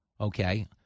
okay